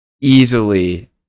easily